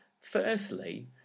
Firstly